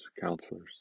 counselors